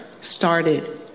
started